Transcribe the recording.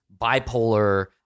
bipolar